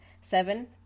seven